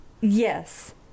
Yes